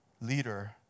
leader